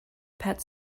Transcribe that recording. pet